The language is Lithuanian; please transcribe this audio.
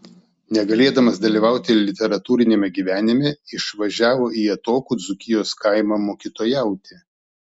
negalėdamas dalyvauti literatūriniame gyvenime išvažiavo į atokų dzūkijos kaimą mokytojauti